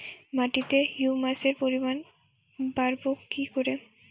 মাটিতে হিউমাসের পরিমাণ বারবো কি করে?